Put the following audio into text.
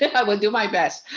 i will do my best.